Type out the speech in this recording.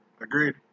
agreed